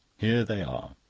here they are.